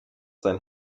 sein